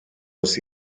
los